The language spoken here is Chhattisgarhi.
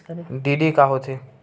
डी.डी का होथे?